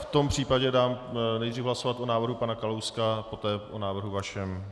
V tom případě dám nejdřív hlasovat o návrhu pana Kalouska, poté o návrhu vašem.